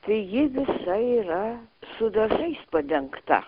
tai ji visa yra su dažais padengta